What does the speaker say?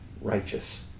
righteous